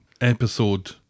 episode